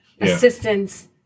assistance